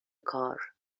کار